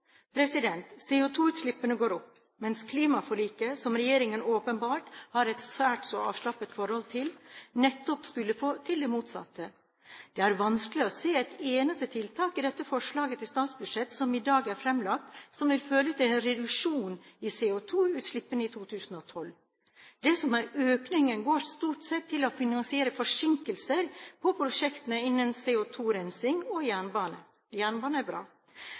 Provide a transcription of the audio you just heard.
går opp, mens klimaforliket, som regjeringen åpenbart har et svært så avslappet forhold til, nettopp skulle få til det motsatte. Det er vanskelig å se et eneste tiltak i det forslaget til statsbudsjett som i dag er framlagt, som vil føre til reduksjon i CO2-utslippene i 2012. Det som er av økninger, går stort sett til å finansiere forsinkelser på prosjektene innen CO2-rensing og jernbane. Jernbane er bra.